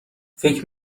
فکر